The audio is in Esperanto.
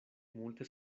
multe